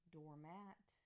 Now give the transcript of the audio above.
Doormat